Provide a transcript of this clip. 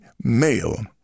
male